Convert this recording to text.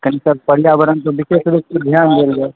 कनि सर पर्यावरण कऽ देखिऔ सर एकरति ध्यान देल जाय